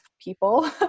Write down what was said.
people